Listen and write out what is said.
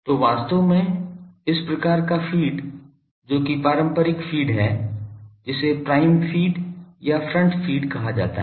तो वास्तव में इस प्रकार का फ़ीड जो कि पारम्परिक फ़ीड है जिसे प्राइम फीड या फ्रंट फीड कहा जाता है